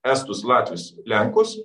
estus latvius lenkus